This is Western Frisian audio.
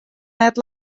net